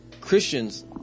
Christians